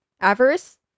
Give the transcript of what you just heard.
avarice